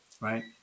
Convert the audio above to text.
right